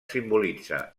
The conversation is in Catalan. simbolitza